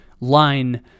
line